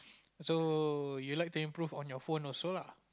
so you like to improve on your phone also lah